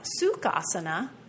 Sukhasana